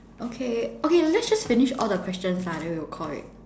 okay okay let's just finish all the questions lah then we would call it